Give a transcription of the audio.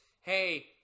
Hey